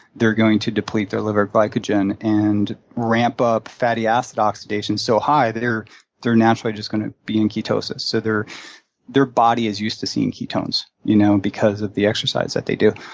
they're going to deplete their liver glycogen and ramp up fatty acid oxidation so high, they're they're naturally just going to be in ketosis. so their body is used to seeing ketones you know because of the exercise that they do.